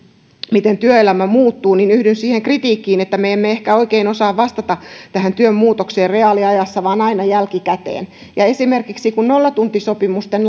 miten työelämä muuttuu yhdyn siihen kritiikkiin että me emme ehkä oikein osaa vastata työn muutokseen reaaliajassa vaan aina jälkikäteen esimerkiksi kun nollatuntisopimusten